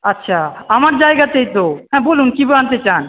আচ্ছা আমার জায়গাতেই তো হ্যাঁ বলুন কী জানতে চান